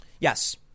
Yes